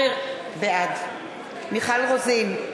בעד מיכל רוזין,